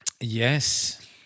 Yes